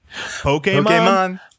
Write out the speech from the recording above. Pokemon